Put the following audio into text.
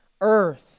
earth